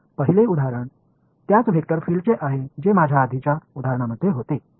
तर पहिले उदाहरण त्याच वेक्टर फील्डचे आहे जे माझ्या आधीच्या उदाहरणामध्ये होते